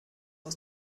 aus